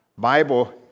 Bible